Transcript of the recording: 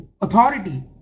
authority